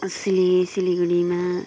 सिलि सिलगढीमा